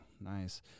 nice